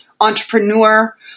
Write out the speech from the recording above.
entrepreneur